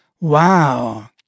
Wow